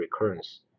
recurrence